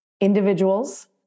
individuals